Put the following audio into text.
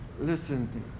listen